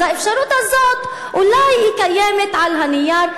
אז האפשרות הזאת אולי קיימת על הנייר,